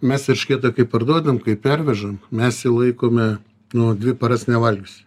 mes eršketą kai parduodam kai pervežam mes jį laikome nu dvi paras nevalgiusį